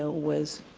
was